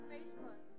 Facebook